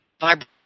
vibrate